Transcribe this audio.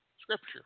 Scripture